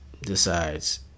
decides